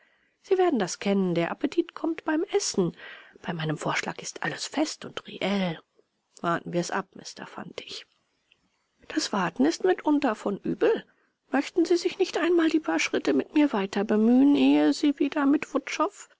sie werden das kennen der appetit kommt beim essen bei meinem vorschlag ist alles fest und reell warten wir's ab mister fantig das warten ist mitunter von übel möchten sie sich nicht einmal die paar schritte mit mir weiterbemühen ehe sie wieder mit